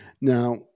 Now